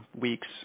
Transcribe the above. weeks